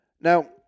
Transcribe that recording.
Now